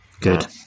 good